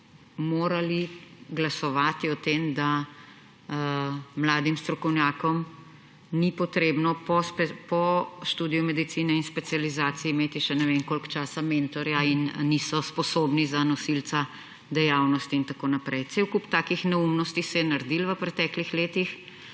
morali glasovati o tem, da mladim strokovnjakom ni treba po študiju medicine in specializaciji imeti še ne vem koliko časa mentorja in niso sposobni za nosilca dejavnosti in tako naprej. Cel kup takih neumnosti se je naredilo v preteklih letih